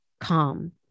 calm